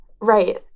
Right